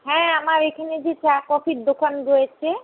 হ্যাঁ আমার এখানে যে চা কফির দোকান রয়েছে